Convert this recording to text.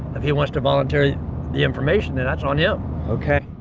if he wants to volunteer the information, then that's on him ok